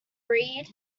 read